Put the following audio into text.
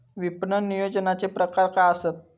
विपणन नियोजनाचे प्रकार काय आसत?